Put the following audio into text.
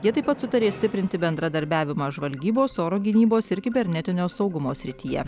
jie taip pat sutarė stiprinti bendradarbiavimą žvalgybos oro gynybos ir kibernetinio saugumo srityje